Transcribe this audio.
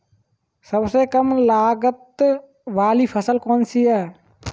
सबसे कम लागत वाली फसल कौन सी है?